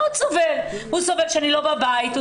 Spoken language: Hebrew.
הוא סובל שאני לא בבית.